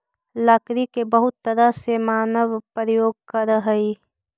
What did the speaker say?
लकड़ी के बहुत तरह से मानव प्रयोग करऽ हइ